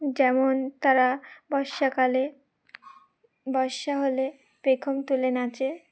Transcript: যেমন তারা বর্ষাকালে বর্ষা হলে পেখম তুলে নাচে